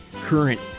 current